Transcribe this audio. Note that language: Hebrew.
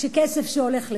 שכסף שהולך לשם,